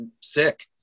sick